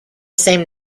same